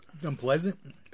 unpleasant